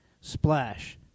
Splash